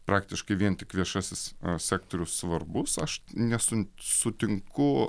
praktiškai vien tik viešasis sektorius svarbus aš nesun sutinku